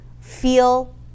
feel